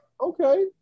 okay